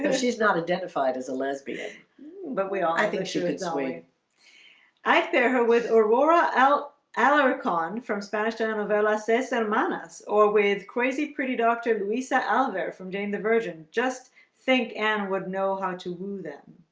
she's not identified as a lesbian but we all i think she was knowing i share her with aurora out alaric on from spanish to a novella samanas or with crazy pretty doctor luisa alver from jane the virgin just think and would know how to woo them.